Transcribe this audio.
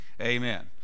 amen